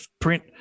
print